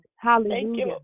Hallelujah